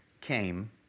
came